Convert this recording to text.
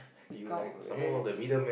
become very cheap